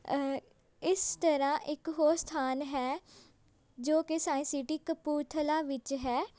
ਇਸ ਤਰ੍ਹਾਂ ਇੱਕ ਹੋਰ ਸਥਾਨ ਹੈ ਜੋ ਕਿ ਸਾਈਸ ਸਿਟੀ ਕਪੂਰਥਲਾ ਵਿੱਚ ਹੈ